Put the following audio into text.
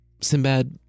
Sinbad